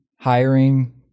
hiring